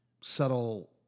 subtle